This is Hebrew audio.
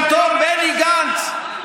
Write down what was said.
פתאום בני גנץ,